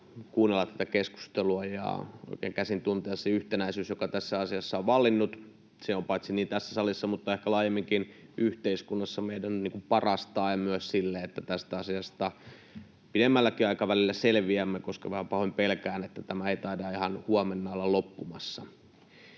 kuunnella tätä keskustelua ja oikein käsin tuntea se yhtenäisyys, joka tässä asiassa on vallinnut. Se on paitsi tässä salissa myös ehkä laajemminkin yhteiskunnassa meidän paras tae myös sille, että tästä asiasta pidemmälläkin aikavälillä selviämme — vähän pahoin pelkään, että tämä ei taida ihan huomenna olla loppumassa.